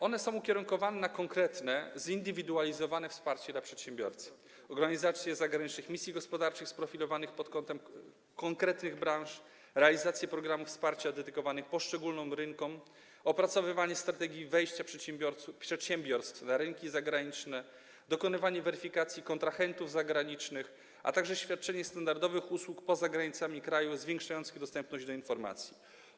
One są ukierunkowane na konkretne, zindywidualizowane wsparcie dla przedsiębiorcy, organizację zagranicznych misji gospodarczych sprofilowanych pod kątem konkretnych branż, realizację programów wsparcia dedykowanych poszczególnym rynkom, opracowywanie strategii wejścia przedsiębiorstw na rynki zagraniczne, dokonywanie weryfikacji kontrahentów zagranicznych, a także świadczenie standardowych usług poza granicami kraju zwiększających dostęp do informacji.